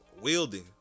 wielding